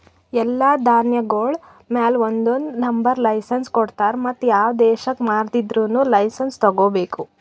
ಎಲ್ಲಾ ಧಾನ್ಯಗೊಳ್ ಮ್ಯಾಲ ಒಂದೊಂದು ನಂಬರದ್ ಲೈಸೆನ್ಸ್ ಕೊಡ್ತಾರ್ ಮತ್ತ ಯಾವ ದೇಶಕ್ ಮಾರಾದಿದ್ದರೂನು ಲೈಸೆನ್ಸ್ ತೋಗೊಬೇಕು